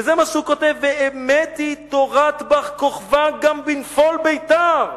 וזה מה שהוא כותב: "ואמת היא תורת בר-כוכבא גם בנפול ביתר!"